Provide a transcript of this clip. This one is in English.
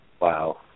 Wow